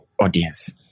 audience